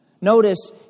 Notice